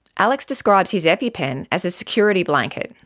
alex describes his epi-pen as a security blanket.